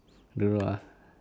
don't know lah